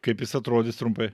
kaip jis atrodys trumpai